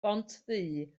bontddu